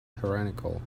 tyrannical